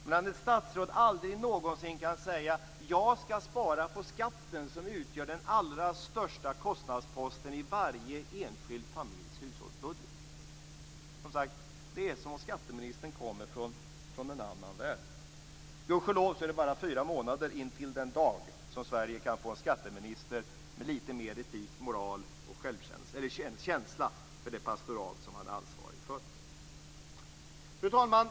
Men statsrådet själv kan aldrig någonsin säga: Jag skall spara på skatten, som utgör den allra största kostnadsposten i varje enskild familjs hushållsbudget. Det är som sagt som om skatteministern kom från en annan värld. Gudskelov är det bara fyra månader till den dag då Sverige kan få en skatteminister med litet mer etik, moral och känsla för det pastorat som han är ansvarig för. Fru talman!